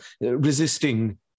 resisting